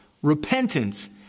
Repentance